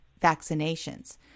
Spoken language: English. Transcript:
vaccinations